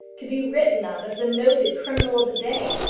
to be written of as the noted criminal of the day,